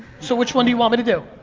so, which one do you want me to do?